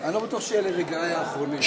אני לא בטוח שאלה רגעיי האחרונים.